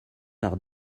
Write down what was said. par